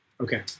Okay